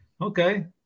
Okay